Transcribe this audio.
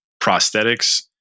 prosthetics